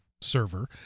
Server